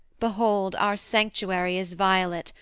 behold our sanctuary is violate,